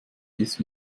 ist